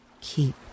keep